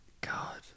God